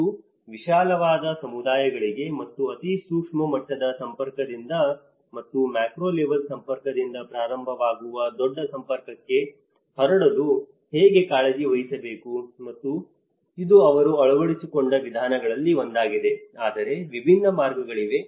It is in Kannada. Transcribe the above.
ಮತ್ತು ವಿಶಾಲವಾದ ಸಮುದಾಯಗಳಿಗೆ ಮತ್ತು ಅತಿ ಸೂಕ್ಷ್ಮ ಮಟ್ಟದ ಸಂಪರ್ಕನಿಂದ ಮತ್ತು ಮ್ಯಾಕ್ರೋ ಲೆವೆಲ್ ಸಂಪರ್ಕದಿಂದ ಪ್ರಾರಂಭವಾಗುವ ದೊಡ್ಡ ಸಂಪರ್ಕಕ್ಕೆ ಹರಡಲು ಹೇಗೆ ಕಾಳಜಿ ವಹಿಸಬೇಕು ಮತ್ತು ಇದು ಅವರು ಅಳವಡಿಸಿಕೊಂಡ ವಿಧಾನಗಳಲ್ಲಿ ಒಂದಾಗಿದೆ ಆದರೆ ವಿಭಿನ್ನ ಮಾರ್ಗಗಳಿವೆ